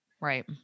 Right